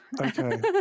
Okay